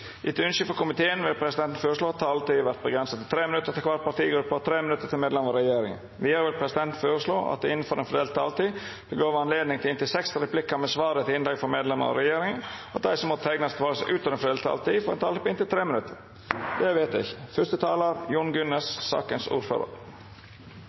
Etter ønske fra transport- og kommunikasjonskomiteen vil presidenten foreslå at taletiden blir begrenset til 3 minutter til hver partigruppe og 3 minutter til medlemmer av regjeringen. Videre vil presidenten foreslå at det – innenfor den fordelte taletid – blir gitt anledning til inntil seks replikker med svar etter innlegg fra medlemmer av regjeringen, og at de som måtte tegne seg på talerlisten utover den fordelte taletid, får en taletid på inntil 3 minutter. – Det